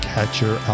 Catcher